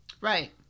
right